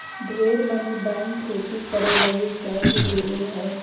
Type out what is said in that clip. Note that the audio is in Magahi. ढेर मनी बैंक खेती करे लगी कर्ज देवो हय